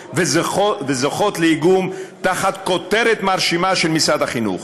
וזוכות לאיגום תחת כותרת מרשימה של משרד החינוך: